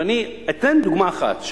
ואני אתן דוגמה אחת,